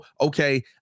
okay